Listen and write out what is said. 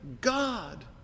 God